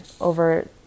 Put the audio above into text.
over